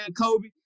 Kobe